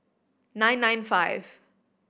nine nine five